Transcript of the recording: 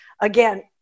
again